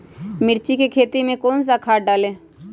मिर्च की खेती में कौन सा खाद डालें?